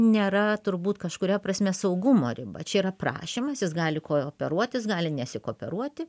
nėra turbūt kažkuria prasme saugumo riba čia yra prašymas jis gali kooperuotis gali nesikooperuoti